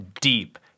deep